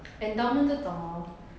endowment 这种 hor